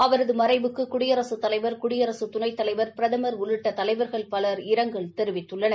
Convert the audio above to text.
அவரது மறைவுக்கு குடியரசுத் தலைவர் குடியரசு துணைத்தலைவர் பிரதமர் உள்ளிட்ட தலைவர்கள் பலர் இரங்கல் தெரிவித்துள்ளனர்